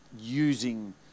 using